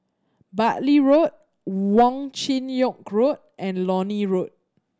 Bartley Road Wong Chin Yoke Road and Lornie Road